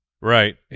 Right